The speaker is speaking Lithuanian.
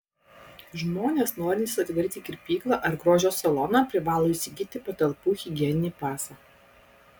žmonės norintys atidaryti kirpyklą ar grožio saloną privalo įsigyti patalpų higieninį pasą